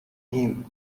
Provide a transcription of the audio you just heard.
him